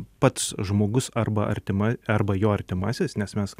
pats žmogus arba artima arba jo artimasis nes mes